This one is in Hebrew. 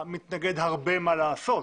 למתנגד אין הרבה מה לעשות,